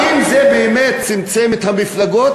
האם זה באמת צמצם את מספר המפלגות?